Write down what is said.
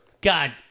God